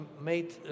made